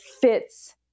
fits